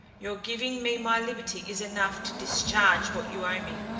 your giving me my liberty is enough to discharge what you owe me,